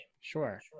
Sure